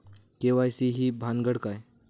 KYC ही भानगड काय?